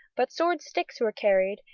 but sword-sticks were carried,